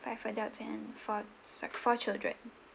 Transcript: five adults and four~ four children